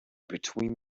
between